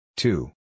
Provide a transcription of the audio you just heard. Two